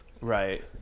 Right